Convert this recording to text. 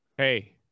Hey